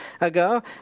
ago